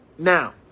Now